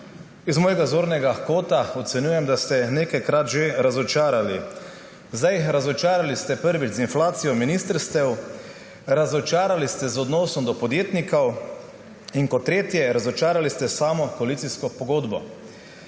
iz mojega zornega kota ocenjujem, da ste nekajkrat že razočarali. Prvič ste razočarali z inflacijo ministrstev, razočarali ste z odnosom do podjetnikov in kot tretje, razočarali ste s samo koalicijsko pogodbo,